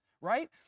right